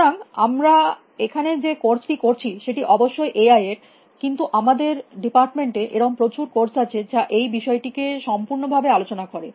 সুতরাং আমরা এখানে যে কোর্স টি করছি সেটি অবশ্যই এআই এর কিন্তু আমাদের ডিপার্টমেন্ট এ এরকম প্রচুর কোর্স আছে যা এই বিষয়টি কে সম্পূর্ণভাবে আলোচনা করে